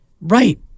Right